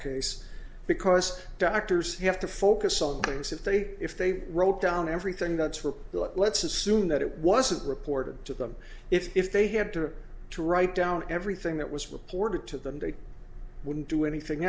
case because doctors have to focus on things if they if they wrote down everything that's for let's assume that it wasn't reported to them if they had to to write down everything that was reported to them they wouldn't do anything